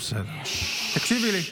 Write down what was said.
אני מקשיבה לך.